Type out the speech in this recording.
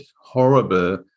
horrible